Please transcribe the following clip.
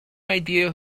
idea